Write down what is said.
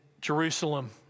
Jerusalem